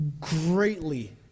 greatly